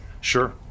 Sure